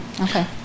Okay